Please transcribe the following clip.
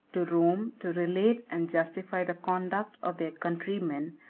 to rome, to relate and justify the conduct of their countrymen,